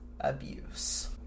abuse